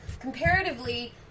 comparatively